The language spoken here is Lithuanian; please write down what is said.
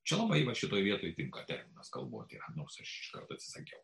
čia labai va šitoj vietoj tinka terminas kalbotyra nors aš iš karto atsisakiau